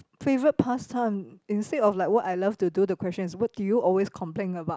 favourite past time instead of like what I love to do the question is what do you always complain about